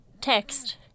text